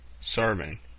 serving